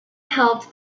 helped